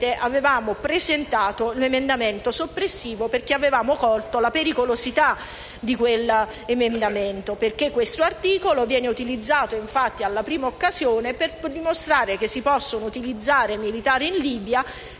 avevamo presentato un emendamento soppressivo, cogliendo la pericolosità di quella norma. Questo articolo può essere utilizzato infatti alla prima occasione per dimostrare che si possono utilizzare militari in Libia